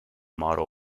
model